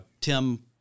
Tim